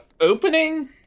opening